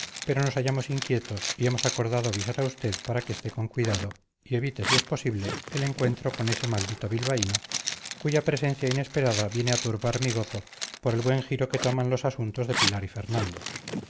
pero nos hallamos inquietos y hemos acordado avisar a usted para que esté con cuidado y evite si es posible el encuentro con ese maldito bilbaíno cuya presencia inesperada viene a turbar mi gozo por el buen giro que tomaban los asuntos de pilar y fernando